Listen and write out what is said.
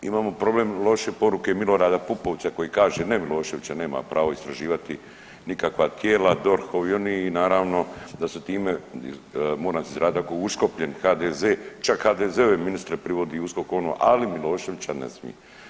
Imamo problem i loše poruke Milorada Pupovca koji kaže ne Miloševića nema pravo istraživati nikakva tijela DORH, ovi, oni i naravno da se time moram se izraziti tako, uškopljeni HDZ čak HDZ-ove ministre privodi USKOK ono, ali Miloševića nesmi.